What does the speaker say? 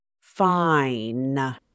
fine